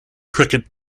cricket